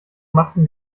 machten